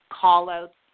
call-outs